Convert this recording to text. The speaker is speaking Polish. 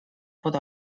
pod